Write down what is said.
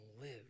live